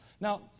Now